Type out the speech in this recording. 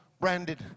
branded